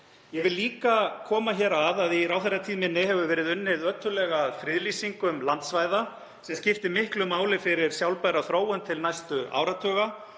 Ég vil líka koma því að hér að í ráðherratíð minni hefur verið unnið ötullega að friðlýsingu landsvæða sem skiptir miklu máli fyrir sjálfbæra þróun til næstu áratuga